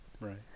Right